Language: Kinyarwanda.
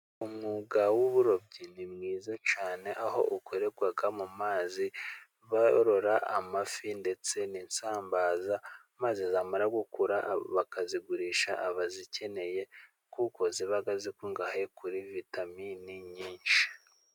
Umwuga w'uburobyi ni mwiza cyane aho ukorerwa mu mazi borora amafi ndetse n'isambaza, maze zamara gukura bakazigurisha abazikeneye kuko ziba zikungahaye kuri vitaminini nyinshi.